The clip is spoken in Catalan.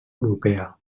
europea